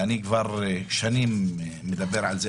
ואני כבר שנים מדבר על זה,